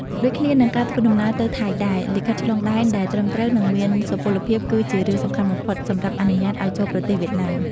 ដូចគ្នានឹងការធ្វើដំណើរទៅថៃដែរ លិខិតឆ្លងដែនដែលត្រឹមត្រូវនិងមានសុពលភាពគឺជារឿងសំខាន់បំផុតសម្រាប់អនុញ្ញាតឱ្យចូលប្រទេសវៀតណាម។